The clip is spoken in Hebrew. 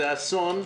זה אסון,